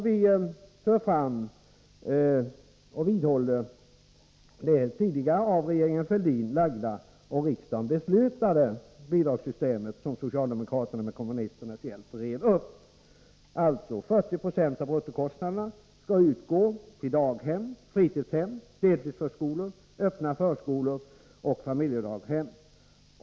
Vi vidhåller det tidigare av regeringen Fälldin framlagda och av rikdagen beslutade förslaget till bidragssystem, som socialdemokraterna med kommunisternas hjälp rev upp. Alltså: 40 96 av bruttokostnaderna skall utgå för daghem, fritidshem, deltidsförskolor, öppna förskolor och familjedaghem.